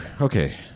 Okay